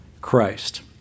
Christ